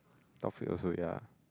Taufik also ya